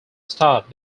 stop